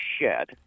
shed